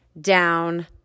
down